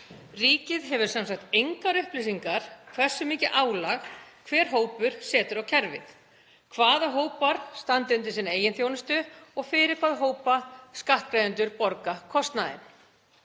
Ríkið hefur sem sagt engar upplýsingar um það hversu mikið álag hver hópur setur á kerfið, hvaða hópar standi undir sinni eigin þjónustu og fyrir hvaða hópa skattgreiðendur borga kostnaðinn.